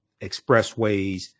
expressways